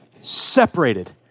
separated